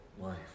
life